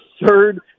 absurd